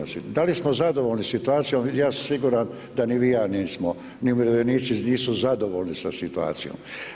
Da li smo zadovoljni situacijom ja sam siguran da ni vi ni ja nismo ni umirovljenici nisu zadovoljni sa situacijom.